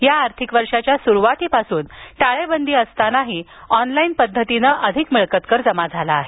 या आर्थिक वर्षाच्या स्रुवातीपासून टाळेबंदी असूनही ऑनलाईन पध्दतीने अधिक मिळकत कर जमा झाला आहे